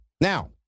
now